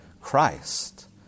Christ